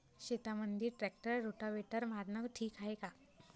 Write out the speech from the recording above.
शेतामंदी tractor rotavator मारनं ठीक हाये का?